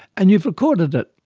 and you've recorded it.